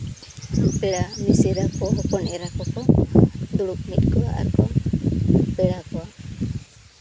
ᱯᱮᱲᱟ ᱢᱤᱥᱨᱟ ᱠᱚ ᱦᱚᱯᱚᱱ ᱮᱨᱟ ᱠᱚᱠᱚ ᱫᱩᱲᱩᱵ ᱢᱤᱫ ᱠᱚᱜᱼᱟ ᱟᱨ ᱠᱚ ᱯᱮᱲᱟ ᱠᱚᱣᱟ